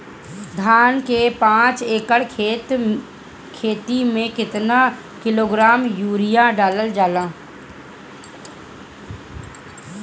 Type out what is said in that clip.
धान के पाँच एकड़ खेती में केतना किलोग्राम यूरिया डालल जाला?